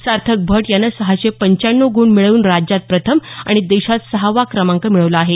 सार्थक भट यानं सहाशे पंचाण्णव गुण मिळवून राज्यात प्रथम आणि देशात सहावा क्रमांक मिळवला आहे